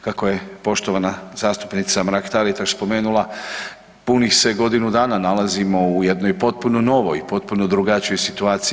Kako je poštovana zastupnica Mrak Taritaš spomenula punih se godinu dana nalazimo u jednom potpuno novoj, potpuno drugačijoj situaciji.